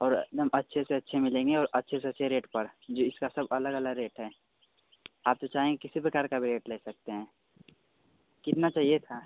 और एकदम अच्छे से अच्छे मिलेंगे और अच्छे से अच्छे रेट पर जी इसका सब अलग अलग रेट है आप जो चाहें किसी प्रकार का भी रेट ले सकते हैं कितना चाहिए था